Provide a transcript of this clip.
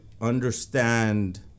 understand